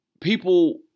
people